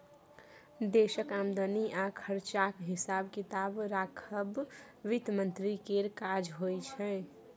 देशक आमदनी आ खरचाक हिसाब किताब राखब बित्त मंत्री केर काज होइ छै